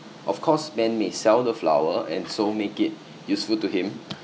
of course man may sell the flower and so make it useful to him